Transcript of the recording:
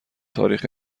تاریخ